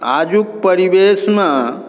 आजुक परिवेशमे